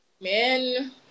man